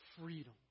freedom